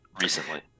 recently